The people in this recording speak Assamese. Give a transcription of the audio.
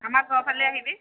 আমাৰ ঘৰৰ ফালে আহিবি